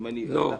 לא.